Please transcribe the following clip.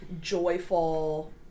joyful